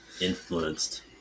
Influenced